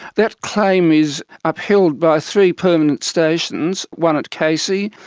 that claim is upheld by three permanent stations, one at casey,